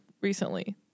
recently